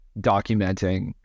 documenting